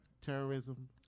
terrorism